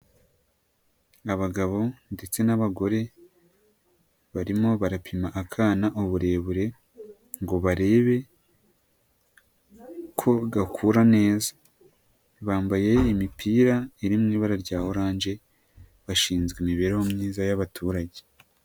Abagabo ndetse n'abagore barimo barapima akana uburebure, ngo barebe ko gakura neza, bambaye imipira iri mu ibara rya oranje, bashinzwe imibereho myiza y'abaturage.